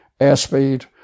airspeed